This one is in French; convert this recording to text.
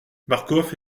marcof